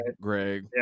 Greg